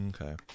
Okay